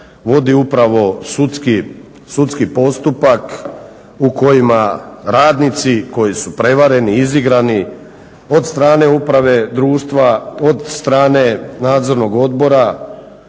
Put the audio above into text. vodi upravo sudski postupak u kojima radnici koji su prevareni, izigrani od strane uprave, društva, od strane nadzornog odbora,